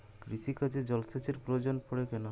কৃষিকাজে জলসেচের প্রয়োজন পড়ে কেন?